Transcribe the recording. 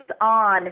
on